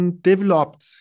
developed